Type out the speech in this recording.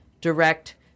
direct